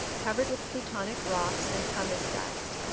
covered with plutonic rocks and pumice dust,